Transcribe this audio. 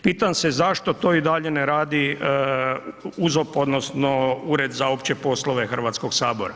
Pitam se zašto to i dalje ne radi UZOP odnosno Ured za opće poslove Hrvatskog sabora.